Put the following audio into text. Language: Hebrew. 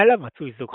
מעליו מצוי זוג